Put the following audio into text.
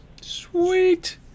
Sweet